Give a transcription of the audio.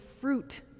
fruit